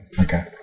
Okay